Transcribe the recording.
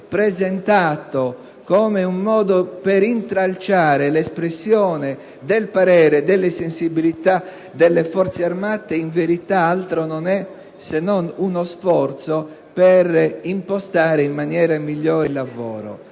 presentato come un modo per intralciare l'espressione del parere e delle sensibilità delle Forze armate in verità altro non è se non uno sforzo per impostare in modo migliore il lavoro.